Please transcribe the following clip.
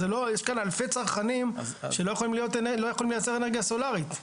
יש כאן אלפי צרכנים שלא יכולים לייצר אנרגיה סולארית.